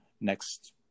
next